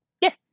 yes